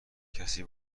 کسی